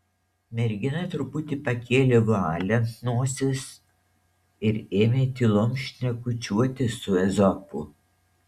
mergina truputį pakėlė vualį ant nosies ir ėmė tylom šnekučiuoti su ezopu